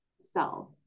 self